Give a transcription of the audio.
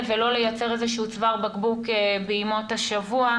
ולא לייצר איזה שהוא צוואר בקבוק בימות השבוע.